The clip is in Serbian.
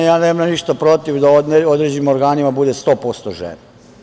Ja nemam ništa protiv da u određenim organima bude 100% žena.